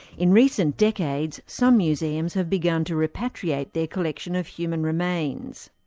in recent decades, some museums have begun to repatriate their collection of human remains.